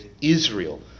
israel